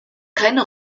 keine